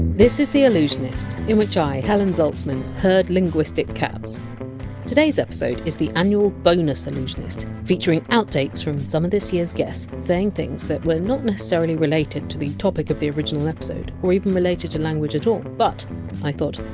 this is the allusionist, in which i, helen zaltzman, herd linguistic cats today! s episode is the annual bonus allusionist, featuring outtakes from some of this year! s guests saying things that were not necessarily related to the topic of the original episode, or even related to language at all, but i thought!